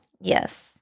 Yes